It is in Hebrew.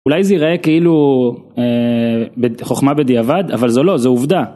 אולי זה ייראה כאילו חכמה בדיעבד אבל זו לא זו עובדה.